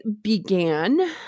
began